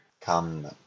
Come